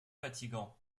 fatigant